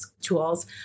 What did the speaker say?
tools